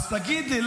אז תגיד לי,